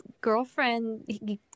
girlfriend